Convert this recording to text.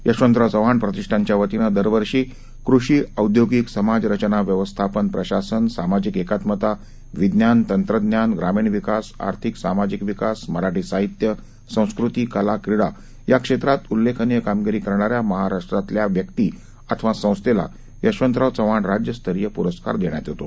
यशवंतराव चव्हाण प्रतिष्ठानच्या वतीनं दरवर्षी कृषी औद्योगिक समाजरचना व्यवस्थापन प्रशासन सामाजिक एकात्मता विज्ञान तंत्रज्ञान ग्रामीण विकास आर्थिक सामाजिक विकास मराठी साहित्य संस्कृती कला क्रीडा या क्षेत्रात उल्लेखनीय कामगिरी करणा या महाराष्ट्रातील व्यक्ती अथवा संस्थेला यशवंतराव चव्हाण राज्यस्तरीय पुरस्कार देण्यात येतो